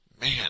man